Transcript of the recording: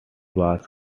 was